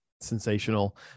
sensational